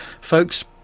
folks